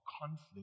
conflict